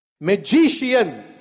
Magician